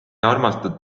armastad